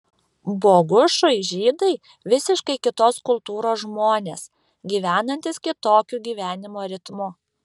bogušui žydai visiškai kitos kultūros žmonės gyvenantys kitokiu gyvenimo ritmu